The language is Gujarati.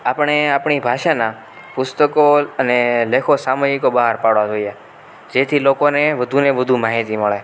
આપણે આપણી ભાષાનાં પુસ્તકો અને લેખો સામયિકો બહાર પાડવાં જોઈએ જેથી લોકોને વધુ ને વધુ માહિતી મળે